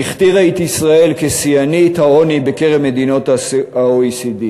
והכתירה את ישראל כשיאנית העוני בקרב מדינות ה-OECD.